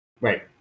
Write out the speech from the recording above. right